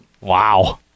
Wow